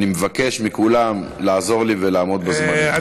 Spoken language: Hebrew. אני מבקש מכולם לעזור לי ולעמוד בזמנים.